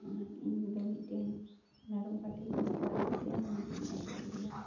ᱟᱨ ᱤᱧᱫᱚ ᱢᱤᱫᱴᱮᱱ ᱢᱮᱨᱚᱢ ᱯᱟᱹᱴᱷᱤᱧ ᱤᱫᱤ ᱛᱚᱨᱟ ᱠᱮᱫᱮᱭᱟ ᱩᱱᱤᱜᱮᱧ ᱟᱹᱥᱩᱞ ᱞᱮᱫᱮᱭᱟ